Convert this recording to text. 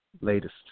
Latest